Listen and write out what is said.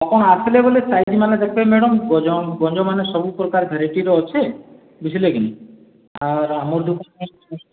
ଆପଣ୍ ଆସ୍ଲେ ବେଲେ ଭେରାଇଟି ମାନେ ଦେଖ୍ବେ ମ୍ୟାଡ଼ମ୍ ଗଞ୍ଜ ଗଞ୍ଜମାନେ ସବୁପ୍ରକାର ଭେରାଇଟିର ଅଛେ ବୁଝ୍ଲେ କି ଆର୍ ଆମର୍ ଯୋଉ